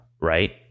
right